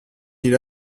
ils